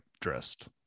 dressed